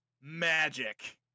Magic